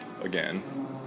again